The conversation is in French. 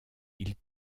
ils